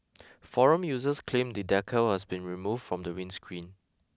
forum users claimed the decal has been removed from the windscreen